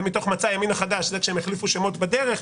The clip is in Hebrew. זה מתוך מצע "הימין החדש" כשהם החליפו שמות בדרך,